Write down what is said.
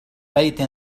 بيت